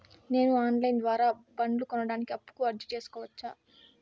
నేను online ద్వారా బండ్లు కొనడానికి అప్పుకి అర్జీ సేసుకోవచ్చా?